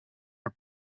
her